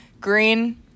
green